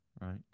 right